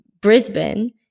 Brisbane